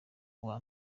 bwa